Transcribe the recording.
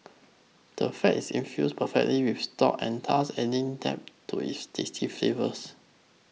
the fat is infused perfectly with the stock and thus adding depth to its tasty flavours